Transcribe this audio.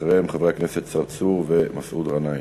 אחריהם, חברי הכנסת צרצור ומסעוד גנאים.